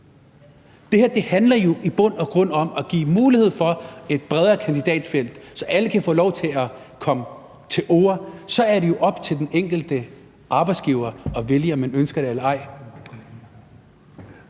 Det her handler jo i bund og grund om at give mulighed for, at man kan få et bredere kandidatfelt, så alle kan få lov til at komme til orde. Og så er det jo op til den enkelte arbejdsgiver at vælge, om man ønsker ansøgeren eller ej.